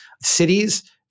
Cities